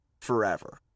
forever